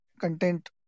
content